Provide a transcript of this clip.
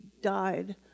died